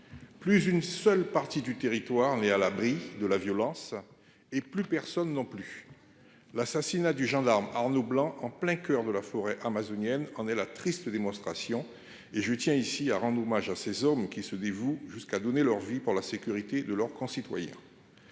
Plus une seule partie du territoire n'est à l'abri de la violence et plus personne non plus. L'assassinat du gendarme Arnaud blanc en plein coeur de la forêt amazonienne qu'est la triste démonstration et je tiens ici à rendre hommage à ces hommes qui se dévouent jusqu'à donner leur vie pour la sécurité de leurs concitoyens.